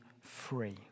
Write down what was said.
free